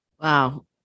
wow